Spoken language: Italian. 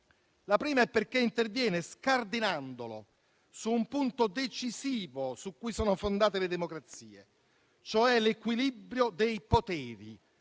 La prima è perché interviene, scardinandolo, su un punto decisivo su cui sono fondate le democrazie, cioè l'equilibrio dei poteri.